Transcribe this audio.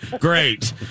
great